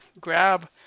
grab